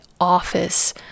office